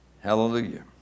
Hallelujah